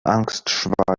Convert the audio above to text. angstschweiß